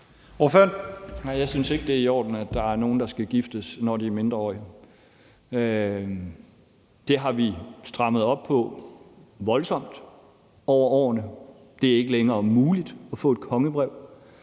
(V): Nej, jeg synes ikke, det er i orden, at der er nogen, der skal giftes, når de er mindreårige. Det har vi strammet voldsomt op på over årene. Det er ikke længere muligt at få et kongebrev,